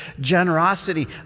generosity